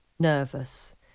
nervous